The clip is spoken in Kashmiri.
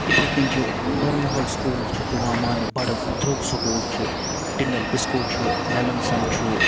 اِتھَے کٔنۍ چھِ برٕنہال سکوٗل چھِ یِوان ماننہٕ بَڑٕ درٛوٚگ سکوٗل چھِ ٹِنڈَل بِسکو چھُ میلَنسَن چھُ